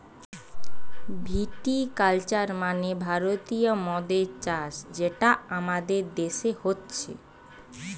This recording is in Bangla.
ভিটি কালচার মানে ভারতীয় মদের চাষ যেটা আমাদের দেশে হচ্ছে